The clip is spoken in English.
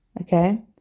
Okay